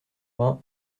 vingt